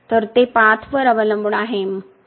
तर ते पाथ वर अवलंबून आहे